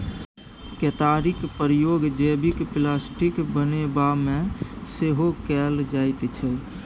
केतारीक प्रयोग जैबिक प्लास्टिक बनेबामे सेहो कएल जाइत छै